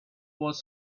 was